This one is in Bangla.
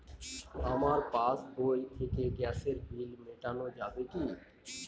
আমার পাসবই থেকে গ্যাসের বিল মেটানো যাবে কি?